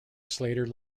slater